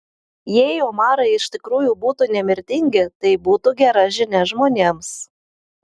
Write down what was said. jei omarai iš tikrųjų būtų nemirtingi tai būtų gera žinia žmonėms